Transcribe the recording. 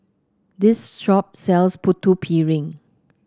this shop sells Putu Piring